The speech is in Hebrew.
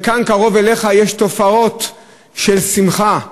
כאן קרוב אליך יש תופעות של שמחה,